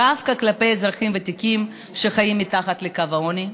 דווקא כלפי אזרחים ותיקים שחיים מתחת לקו העוני.